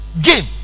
game